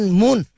moon